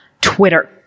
Twitter